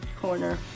corner